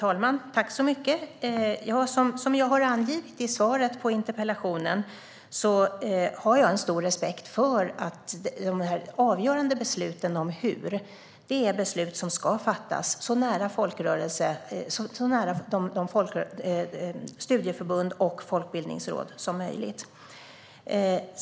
Fru talman! Som jag har angett i svaret på interpellationen har jag stor respekt för att de avgörande besluten om hur ska fattas så nära studieförbunden och Folkbildningsrådet som möjligt.